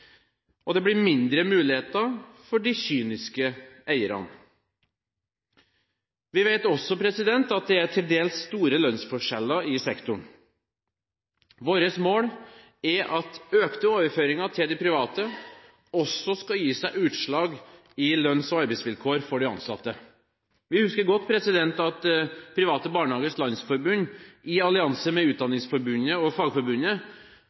og det blir mindre muligheter for de kyniske eierne. Vi vet også at det er til dels store lønnsforskjeller i sektoren. Vårt mål er at økte overføringer til de private også skal gi seg utslag i lønns- og arbeidsvilkår for de ansatte. Vi husker godt at Private Barnehagers Landsforbund i allianse med Utdanningsforbundet og Fagforbundet